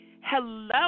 hello